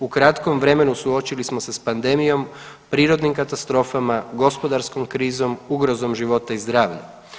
U kratkom vremenu suočili smo se pandemijom, prirodnim katastrofama, gospodarskom krizom, ugrozom života i zdravlja.